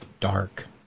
dark